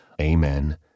amen